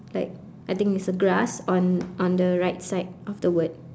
like I think it's a grass on on the right side of the word